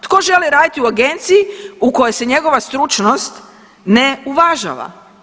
Tko želi raditi u agenciji u kojoj se njegova stručnost ne uvažava?